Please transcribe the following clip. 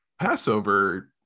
passover